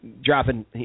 dropping